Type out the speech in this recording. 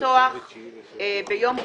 לפתוח ביום ראשון,